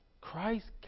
Christ